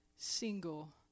single